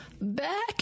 back